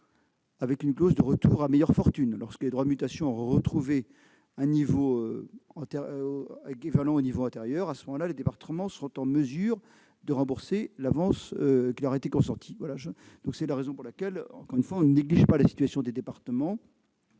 avec une clause de retour à meilleure fortune, c'est-à-dire lorsque les droits de mutation auront retrouvé un niveau équivalent au niveau antérieur. À ce moment-là, les départements seront en mesure de rembourser l'avance qui leur a été consentie. Vous le voyez, nous ne négligeons pas la situation des départements,